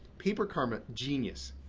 paper karma, genius.